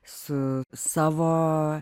su savo